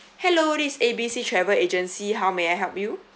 hello this is A B C travel agency how may I help you